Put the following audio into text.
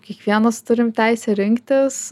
kiekvienas turim teisę rinktis